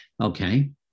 okay